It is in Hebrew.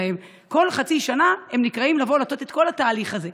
וכל חצי שנה הם נקראים לבוא ולעשות את כל התהליך הזה.